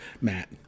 Matt